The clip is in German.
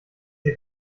sie